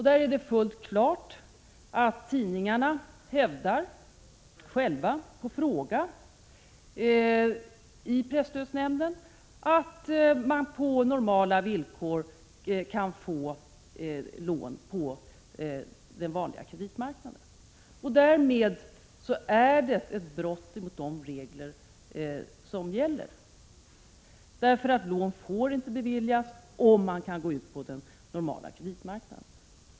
Där är det fullt klart att tidningarna själva på en fråga i presstödsnämnden hävdat att de på normala villkor kan få lån på den vanliga kreditmarknaden. Därmed är det ett brott mot de regler som gäller. Lån får nämligen inte beviljas om man kan gå ut på den normala kreditmarknaden.